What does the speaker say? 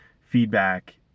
feedback